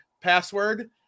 password